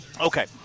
Okay